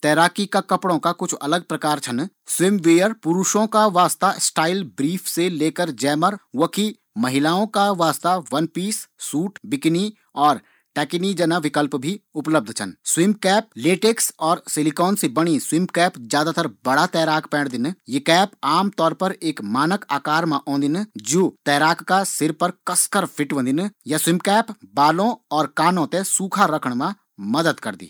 तैराकी का कपड़ों का कुछ अलग प्रकार छन। पुरुषों का वास्ता स्टाइल ब्रीफ से लेकर जैमर। वखी महिलाओं का वास्ता वनपीस, सूट, बिकनी और पैकनी जना विकल्प मौजूद छन। लेटैक्स और सिलिकॉन से बणी स्विम कैप ज्यादातर बड़ा तैराक पैरदिन। यी कैप आम तौर पर एक मानक आकार मा ओंदिन। जू तैराक का सिर पर कसीक फिट होंदिन। यी कैप बालों और कानों थें सूखा रखणा मा मदद करदिन।